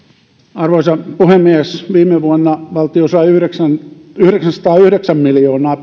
arvoisa puhemies viime vuonna valtio sai yhdeksänsataayhdeksän miljoonaa